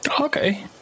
Okay